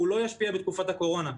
אבל הוא לא ישפיע בתקופת הקורונה.